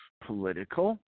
political